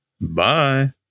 bye